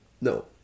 No